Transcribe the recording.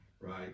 right